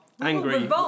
Angry